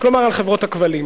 כלומר על חברות הכבלים.